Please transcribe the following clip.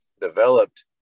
developed